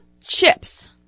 chips